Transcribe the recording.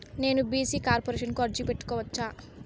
నేను B C corporation కు అర్జీ పెట్టుకోవచ్చా?